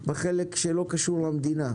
בחלק שלא קשור למדינה.